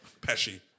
Pesci